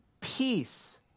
Peace